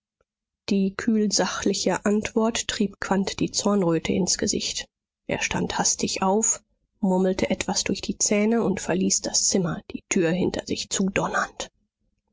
die kühlsachliche antwort trieb quandt die zornröte ins gesicht er stand hastig auf murmelte etwas durch die zähne und verließ das zimmer die tür hinter sich zudonnernd